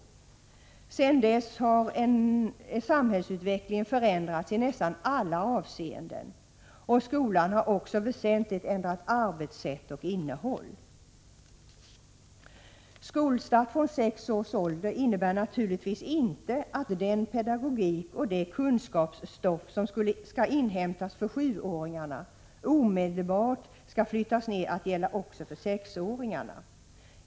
Sedan dess har samhällsutvecklingen förändrats i nästan alla avseenden, och skolan har också väsentligt ändrat arbetssätt och innehåll. Skolstart från sex år innebär naturligtvis inte att den pedagogik och det kunskapsstoff som skall inhämtas för sjuåringarna omedelbart skall gälla också för sexåringarna.